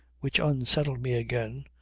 which unsettled me again.